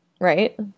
Right